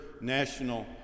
National